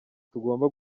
tugomba